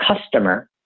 customer